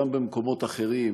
גם במקומות אחרים,